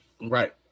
Right